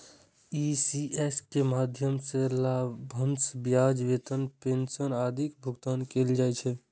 ECS के माध्यम सं लाभांश, ब्याज, वेतन, पेंशन आदिक भुगतान कैल जाइ छै